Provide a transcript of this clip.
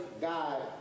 God